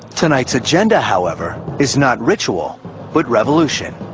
tonight's agenda, however, is not ritual but revolution.